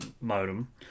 modem